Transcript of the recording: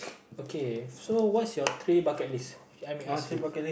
okay so what's your three bucket list If I may ask you